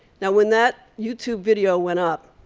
now when that youtube video went up,